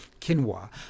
quinoa